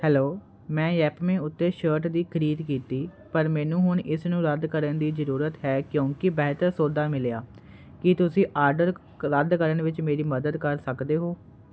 hello ਮੈਂ ਯੈਪਮੇ ਉੱਤੇ shirt ਦੀ ਖਰੀਦ ਕੀਤੀ ਪਰ ਮੈਨੂੰ ਹੁਣ ਇਸ ਨੂੰ ਰੱਦ ਕਰਨ ਦੀ ਜ਼ਰੂਰਤ ਹੈ ਕਿਉਂਕਿ ਬਿਹਤਰ ਸੌਦਾ ਮਿਲਿਆ ਕੀ ਤੁਸੀਂ ਆਡਰ ਕ ਰੱਦ ਕਰਨ ਵਿੱਚ ਮੇਰੀ ਮਦਦ ਕਰ ਸਕਦੇ ਹੋ